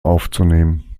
aufzunehmen